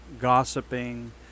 gossiping